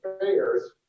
payers